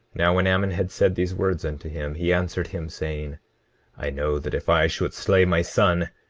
now when ammon had said these words unto him, he answered him, saying i know that if i should slay my son,